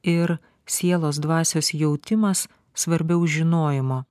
ir sielos dvasios jautimas svarbiau žinojimo